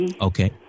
Okay